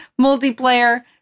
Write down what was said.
multiplayer